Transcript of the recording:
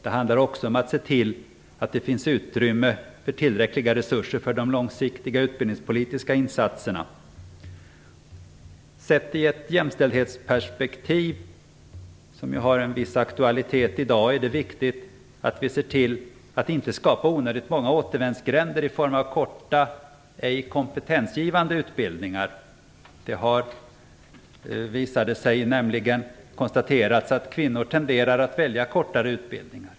Det handlar också om att se till att det finns utrymme för tillräckliga resurser för de långsiktiga utbildningspolitiska insatserna. Sett i ett jämställdhetsperspektiv, som ju har en viss aktualitet i dag, är det viktigt att vi ser till att inte skapa onödigt många återvändsgränder i form av korta, ej kompetensgivande utbildningar. Det har nämligen konstaterats att kvinnor tenderar att välja kortare utbildningar.